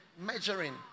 measuring